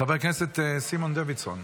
חבר הכנסת סימון דוידסון.